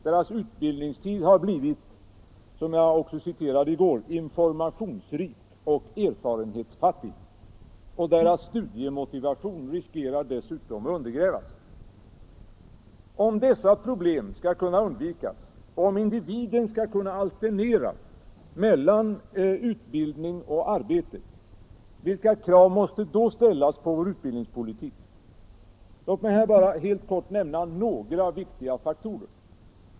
Deras utbildningstid har blivit - som jag också sade i går —- ”informationsrik och erfarenhetsfattig”, och deras studiemotivation riskerar dessutom att undergrävas. Om dessa problem skall kunna undvikas, och om individen skall kunna alternera mellan utbildning och arbete, vilka krav måste då ställas på vår utbildningspolitik? Låt mig här bara helt kort nämna några viktiga faktorer. 1.